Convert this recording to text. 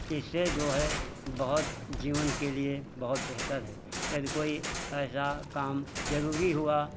इससे जो है बहुत जीवन के लिए बहुत बेहतर है यदि कोई ऐसा काम ज़रूरी हुआ